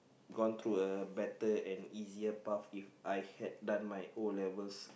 gone through a better and easier path If I had done my O-levels